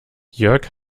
jörg